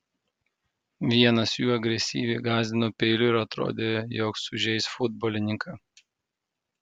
vienas jų agresyviai gąsdino peiliu ir atrodė jog sužeis futbolininką